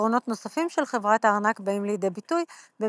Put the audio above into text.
יתרונות נוספים של חברת הארנק באים לידי ביטוי במגוון